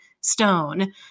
Stone